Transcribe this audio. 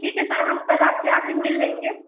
ठीक है सर हम कल आपसे आकर मिल लेंगे